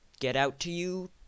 get-out-to-you